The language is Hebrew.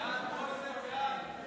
להעביר את